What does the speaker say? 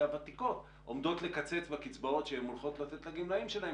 הוותיקות עומדות לקצץ בקצבאות שהן הולכות לתת לגמלאים שלהן